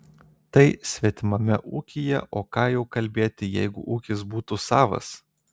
tai svetimame ūkyje o ką jau kalbėti jeigu ūkis būtų savas